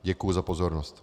Děkuji za pozornost.